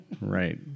right